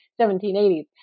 1780s